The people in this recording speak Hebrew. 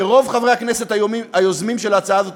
ורוב חברי הכנסת היוזמים של ההצעה הזאת